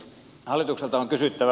hallitukselta on kysyttävä